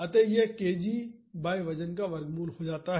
अत यह kg बाई वजन का वर्गमूल हो जाता है